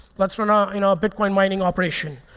let's run i mean ah a bitcoin mining operation.